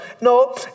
No